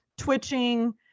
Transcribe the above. twitching